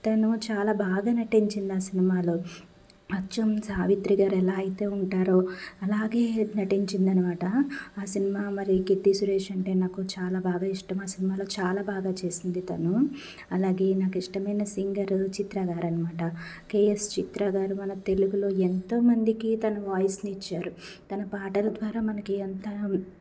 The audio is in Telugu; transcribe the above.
తను చాలా బాగా నటించింది ఆ సినిమాలో అచ్చం సావిత్రి గారు ఎలా అయితే ఉంటారో అలాగే నటించింది అనమాట ఆ సినిమా మరియు కీర్తి సురేష్ అంటే నాకు చాలా బాగా ఇష్టం ఆ సినిమాలో చాలా బాగా చేసింది తను అలాగే నాకు ఇష్టమైన సింగర్ చిత్ర గారు అనమాట కెఎస్ చిత్ర గారు మన తెలుగులో ఎంతోమందికి తన వాయిస్ని ఇచ్చారు తన పాటల ద్వారా మనకి ఎంత